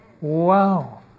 Wow